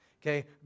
okay